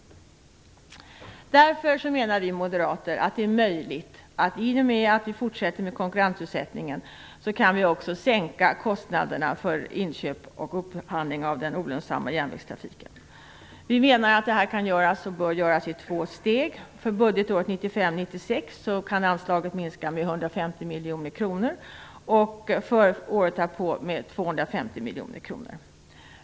Därför menar vi moderater att i och med att vi fortsätter med konkurrensutsättningen blir det också möjligt att sänka kostnaderna för inköp och upphandling av den olönsamma järnvägstrafiken. Vi menar att det här kan och bör göras i två steg. För budgetåret 1995/96 kan anslaget minskas med 150 miljoner kronor och året därpå med 250 miljoner kronor.